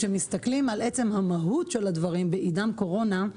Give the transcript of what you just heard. כשמסתכלים על עצם המהות של הדברים בעידן קורונה,